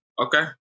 Okay